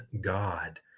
God